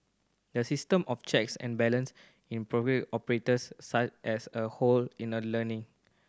the system of checks and balance in operates such as a whole in a learning